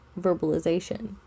verbalization